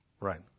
right